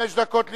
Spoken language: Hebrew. חמש דקות לרשותך.